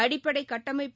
அடிப்படை கட்டமைப்பு